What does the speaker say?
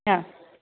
या